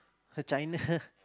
the China